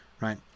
right